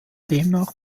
demnach